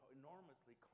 enormously